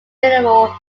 mineral